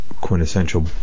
Quintessential